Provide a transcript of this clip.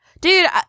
Dude